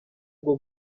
bwo